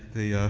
the,